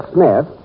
Smith